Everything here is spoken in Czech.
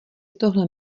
tohle